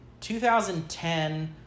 2010